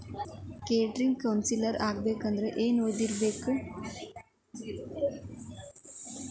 Credit counsellor ಆಗ್ಬೇಕಂದ್ರ ಏನ್ ಓದಿರ್ಬೇಕು?